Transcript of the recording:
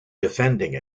defending